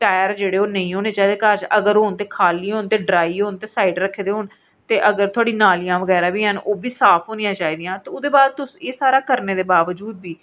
tyre जेह्ड़े न ओह् नेईं होने चाहिदे अगर होन ते खाल्ली होन ड्राई होन ते साईड रखे दे होन ते अगर थोह्ड़ी नालियां बी होन ते ओह् साफ होनियां चाहिदियां ते ओह्दे बाद तुस एह् सारा करने दे बावजूद बी